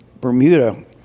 Bermuda –